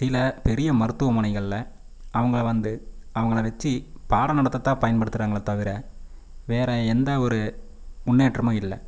சில பெரிய மருத்துவமனைகளில் அவங்க வந்து அவங்கள வச்சி பாட நடத்த தான் பயன்படுத்துகிறாங்களே தவிர வேற எந்தவொரு முன்னேற்றமும் இல்லை